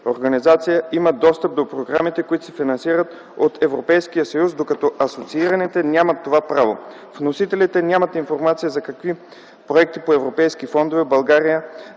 организация имат достъп до програмите, които се финансират от Европейския съюз, докато асоциираните нямат това право. Вносителите нямат информация за какви проекти по европейски фондове България